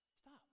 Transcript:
Stop